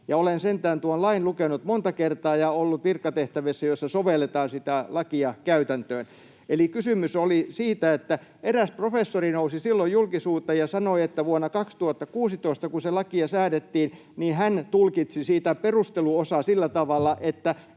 olen sentään tuon lain lukenut monta kertaa ja ollut virkatehtävissä, joissa sovelletaan sitä lakia käytäntöön. Eli kysymys oli siitä, että eräs professori nousi silloin julkisuuteen ja sanoi, että vuonna 2016 kun sitä lakia säädettiin, niin hän tulkitsi sitä perusteluosaa sillä tavalla, että